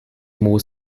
more